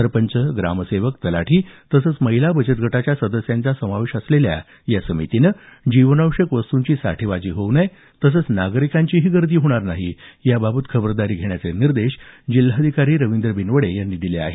सरपंच ग्रामसेवक तलाठी तसंच महिला बचत गटाच्या सदस्यांचा समावेश असलेल्या या समितीनं जीवनाश्यक वस्तूंची साठेबाजी होऊ नये तसंच नागरिकांची गर्दी होणार नाही याबाबत खबरदारी घेण्याचे निर्देश जिल्हाधिकारी रवींद्र बिनवडे यांनी दिले आहेत